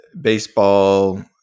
baseball